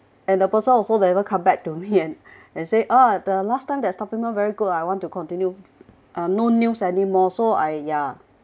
and the person also never come back to me and and say uh the last time that supplement very good ah I want to continue uh no news anymore so !aiya!